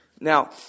Now